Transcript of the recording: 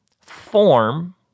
Form